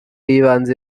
y’ibanze